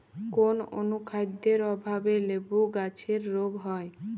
কোন অনুখাদ্যের অভাবে লেবু গাছের রোগ হয়?